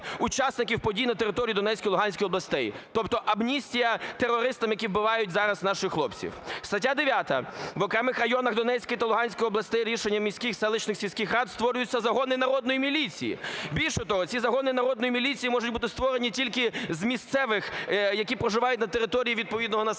учасників подій на території Донецької, Луганської областей." Тобто амністія терористам, які вбивають зараз наших хлопців. "Стаття 9. В окремих районах Донецької та Луганської областей рішенням міських, селищних, сільських рад створюються загони народної міліції." Більше того, ці загони народної міліції можуть бути створені тільки з місцевих, які проживають на території відповідного населеного